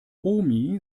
omi